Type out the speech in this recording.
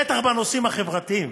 בטח בנושאים החברתיים.